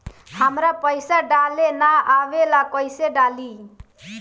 हमरा पईसा डाले ना आवेला कइसे डाली?